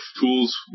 tools